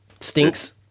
Stinks